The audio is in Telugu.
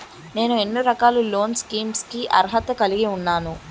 నేను ఎన్ని రకాల లోన్ స్కీమ్స్ కి అర్హత కలిగి ఉన్నాను?